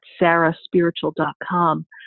sarahspiritual.com